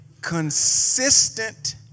Consistent